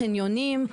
חניונים,